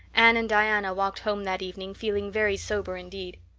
anne and diana walked home that evening feeling very sober indeed.